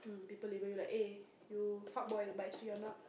people label you like eh you fuck boy but actually you're not